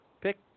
pick